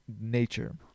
nature